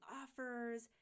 offers